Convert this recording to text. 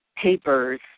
papers